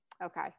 Okay